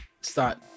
Start